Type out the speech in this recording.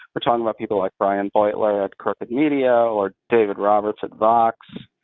we're talking about people like brian beutler at corporate media, or david roberts at vox.